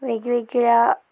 वेगवेगळ्या